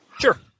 Sure